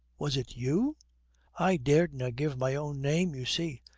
was it you i daredna give my own name, you see,